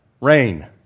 rain